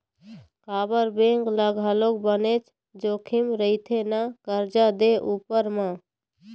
काबर बेंक ल घलोक बनेच जोखिम रहिथे ना करजा दे उपर म